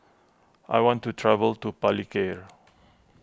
I want to travel to Palikir